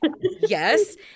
Yes